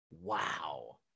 wow